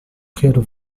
quero